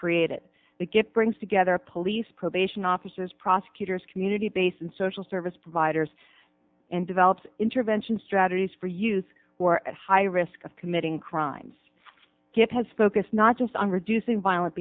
created to get brings together police probation officers prosecutors community based and social service providers and develop intervention strategies for use who are at high risk of committing crimes get has focused not just on reducing violent